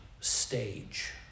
stage